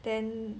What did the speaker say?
then